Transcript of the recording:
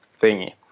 thingy